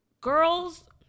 girls